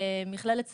מכללת ספיר,